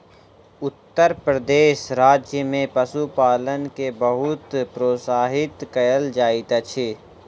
उत्तर प्रदेश राज्य में पशुपालन के बहुत प्रोत्साहित कयल जाइत अछि